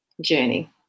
journey